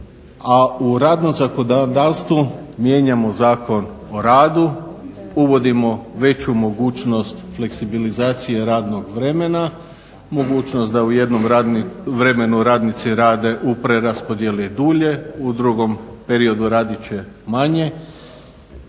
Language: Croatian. u radnom zakonodavstvu mijenjamo Zakon o radu, uvodimo veću mogućnost fleksibilizacije radnog vremena, mogućnost da u jednom vremenu radnici rade u preraspodijeli dulje, u drugom periodu raditi će manje.